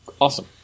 awesome